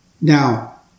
Now